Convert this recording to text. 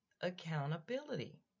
Accountability